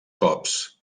cops